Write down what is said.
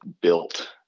built